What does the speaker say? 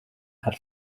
had